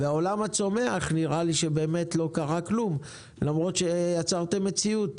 בעולם הצומח נראה לי שבאמת לא קרה כלום למרות שיצרתם מציאות.